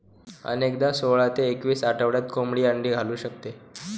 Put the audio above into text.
अनेकदा सोळा ते एकवीस आठवड्यात कोंबडी अंडी घालू शकते